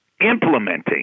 Implementing